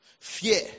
Fear